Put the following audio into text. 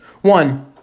One